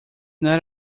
not